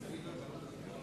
מצביע אנסטסיה מיכאלי,